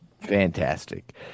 Fantastic